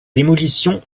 démolition